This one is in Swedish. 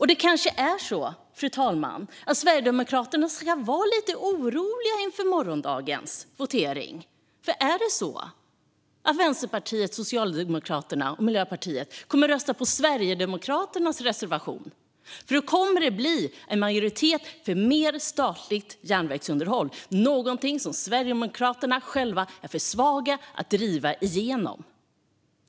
Fru talman! Sverigedemokraterna kanske ska vara lite oroliga inför morgondagens votering. Om Vänsterpartiet, Socialdemokraterna och Miljöpartiet skulle rösta på Sverigedemokraternas reservation kommer det att bli en majoritet för mer statligt järnvägsunderhåll, något som Sverigedemokraterna själva är för svaga att driva igenom.